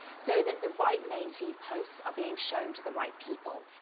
so that the right main feed posts are being shown to the right people.